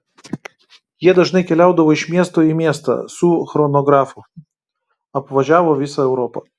jie dažnai keliaudavo iš miesto į miestą su chronografu apvažiavo visą europą